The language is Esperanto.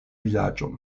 vilaĝon